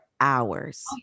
hours